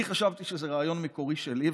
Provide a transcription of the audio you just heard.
אני חשבתי שזה רעיון מקורי שלי,